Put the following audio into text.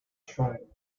trial